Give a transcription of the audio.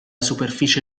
superficie